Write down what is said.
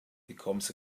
becomes